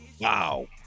wow